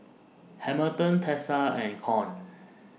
Hamilton Tessa and Con